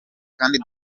kandi